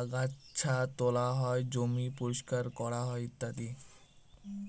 আগাচ্ছা তোলা হয়, জমি পরিষ্কার করা হয় ইত্যাদি